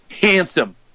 handsome